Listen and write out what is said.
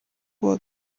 kuwa